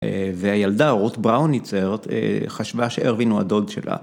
והילדה, רות בראוניצר, חשבה שארווין הוא הדוד שלה.